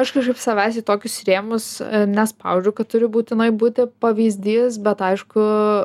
aš kažkaip savęs į tokius rėmus nespaudžiu kad turiu būtinai būti pavyzdys bet aišku